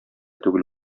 түгел